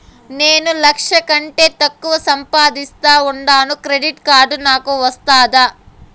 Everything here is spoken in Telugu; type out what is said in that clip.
నేను లక్ష కంటే తక్కువ సంపాదిస్తా ఉండాను క్రెడిట్ కార్డు నాకు వస్తాదా